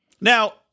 Now